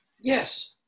Yes